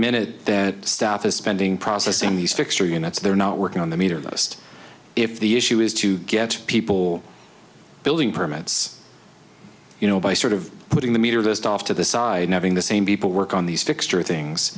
minute that staff is spending processing these fixture units they're not working on the meter the most if the issue is to get people building permits you know by sort of putting the meter just off to the side and having the same people work on these fixture things